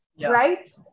right